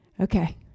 Okay